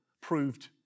proved